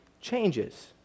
changes